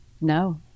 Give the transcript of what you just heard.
No